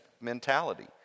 mentality